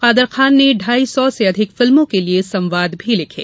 कादर खान ने ढ़ाई सौ से अधिक फिल्मों के लिए संवाद लिखे